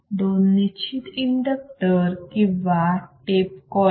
दोन निश्चित इंडक्टर किंवा टेप कॉइल